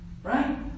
Right